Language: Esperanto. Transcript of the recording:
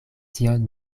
tion